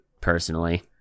personally